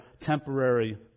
temporary